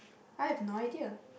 I have no idea